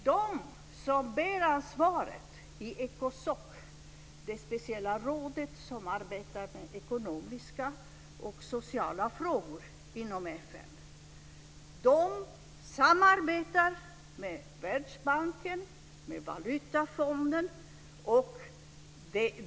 De som bär ansvaret i Ecosoc, det speciella rådet som arbetar med ekonomiska och sociala frågor inom FN, samarbetar med Världsbanken och med Valutafonden.